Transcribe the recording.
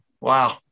Wow